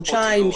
חודשיים,